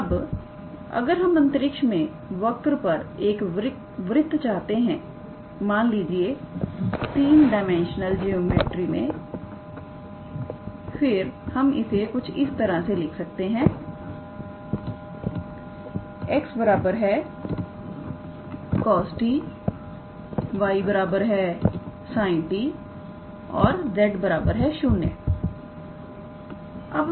अब अगर हम अंतरिक्ष में वर्क पर एक वृत्त चाहते हैं मान लीजिए 3 d में फिर हम इसे कुछ इस तरह से लिख सकते 𝑥 cos 𝑡 𝑦 sin 𝑡 𝑧 0 हैं